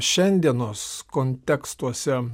šiandienos kontekstuose